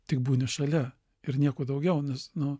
tik būni šalia ir nieko daugiau nes nu